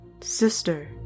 Sister